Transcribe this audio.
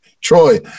Troy